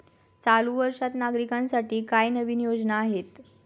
चालू वर्षात नागरिकांसाठी काय नवीन योजना आहेत?